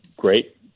Great